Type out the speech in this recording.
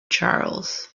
charles